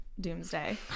doomsday